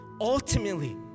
ultimately